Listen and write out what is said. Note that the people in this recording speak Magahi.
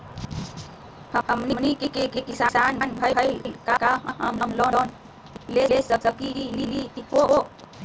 हमनी के किसान भईल, का हम लोन ले सकली हो?